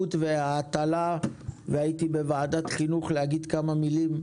החקלאות וההטלה והייתי בוועדת החינוך כדי להגיד כמה מילים,